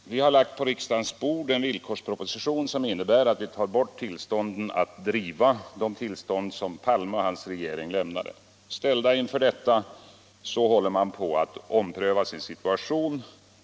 Herr talman! Mycket kort! Vi har på riksdagens bord lagt en villkorsproposition, som innebär att vi tar bort tillstånden att driva kärnreaktorer — de tillstånd som Palme och hans regering lämnade — och, ställd inför detta faktum, håller man nu på att ompröva sin situation.